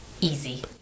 easy